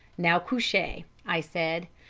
now, cushai i said,